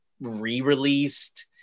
re-released